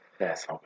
Yes